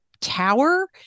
tower